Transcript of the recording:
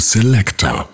Selector